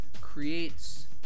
creates